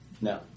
No